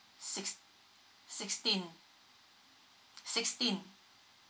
six~ sixteen sixteen